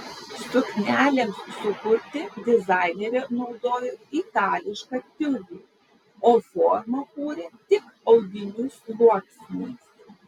suknelėms sukurti dizainerė naudojo itališką tiulį o formą kūrė tik audinių sluoksniais